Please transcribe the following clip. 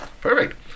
perfect